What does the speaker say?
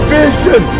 vision